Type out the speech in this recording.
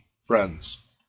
friends